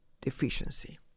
deficiency